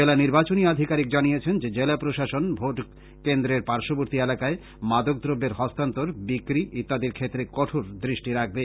জেলা নির্বাচনী আধিকারীক জানিয়েছেন যে জেলা প্রশাসন ভোট কেন্দ্রের পার্শ্ববর্তি এলাকায় মাদকদ্রব্যের হস্তান্তর বিক্রি ইত্যাদির ক্ষেত্রে কঠোর দৃষ্টি রাখবে